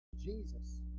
Jesus